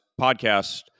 podcast